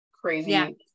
crazy